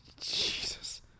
Jesus